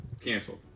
Canceled